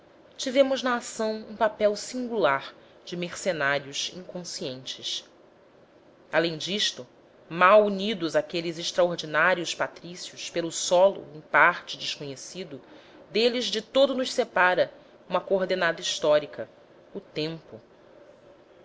tivemos na ação um papel singular de mercenários inconscientes além disso mal unidos àqueles extraordinários patrícios pelo solo em parte desconhecido deles de todo nos separa uma coordenada histórica o tempo